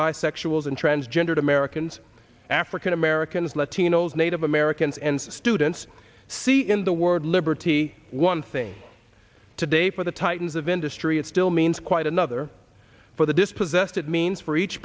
bisexuals and transgendered americans african americans latinos native americans and students see in the word liberty one thing today for the titans of industry it still means quite another for the dispossessed it means for each